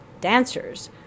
dancers